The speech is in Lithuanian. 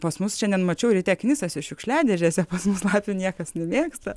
pas mus šiandien mačiau ryte knisasi šiukšliadėžėse pas mus lapių niekas nemėgsta